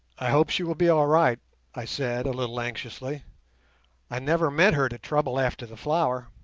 i hope she will be all right i said, a little anxiously i never meant her to trouble after the flower